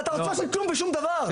אתה עוצמה של כלום ושום דבר,